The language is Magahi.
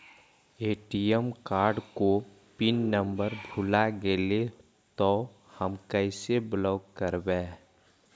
ए.टी.एम कार्ड को पिन नम्बर भुला गैले तौ हम कैसे ब्लॉक करवै?